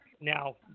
now